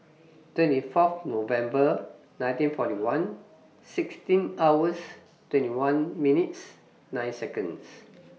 twenty Fourth November nineteen forty one sixteen hours twenty one minutes nine Seconds